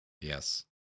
Yes